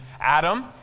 Adam